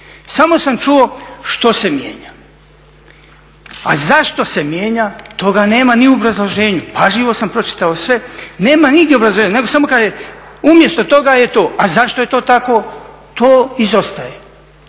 samo sam čuo što se mijenja, a zašto se mijenja, toga nema ni u obrazloženju, pažljivo sam pročitao sve. Nema nigdje obrazloženja, nego samo kaže, umjesto toga je to. A zašto je to tako? To izostaje.